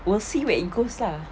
we'll see where it goes lah